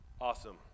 Awesome